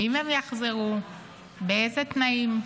אם הם יחזרו ובאילו תנאים.